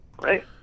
right